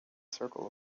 circle